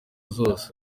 zose